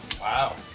Wow